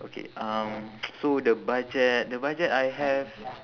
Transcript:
okay um so the budget the budget I have